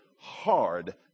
hard